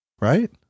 Right